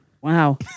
Wow